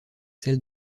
celles